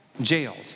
jailed